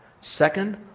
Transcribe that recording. Second